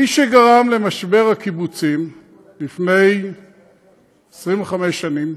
מי שגרם למשבר הקיבוצים לפני 25 שנים